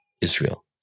Israel